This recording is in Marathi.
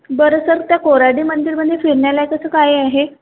बरं सर त्या कोराडी मंदिरमध्ये फिरण्यालायक असं काय आहे